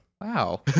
Wow